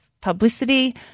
publicity